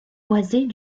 boisées